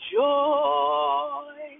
joy